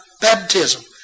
baptism